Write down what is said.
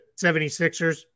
76ers